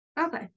Okay